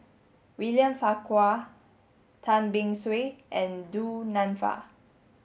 William Farquhar Tan Beng Swee and Du Nanfa